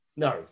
No